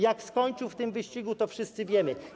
Jak skończył w tym wyścigu, to wszyscy wiemy.